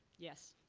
yes.